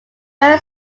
very